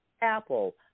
Apple